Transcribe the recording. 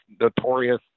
notorious